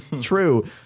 true